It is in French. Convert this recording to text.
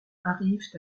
arrivent